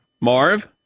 Marv